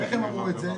איך הם אמרו את זה?